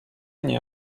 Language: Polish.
nie